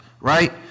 right